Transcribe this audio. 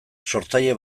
sortzaile